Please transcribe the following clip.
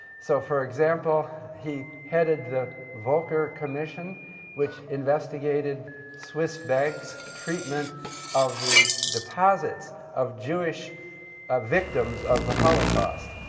so, for example, he headed the volcker commission which investigated swiss banks' treatment of the deposits of jewish ah victims of the holocaust.